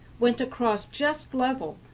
went across just level,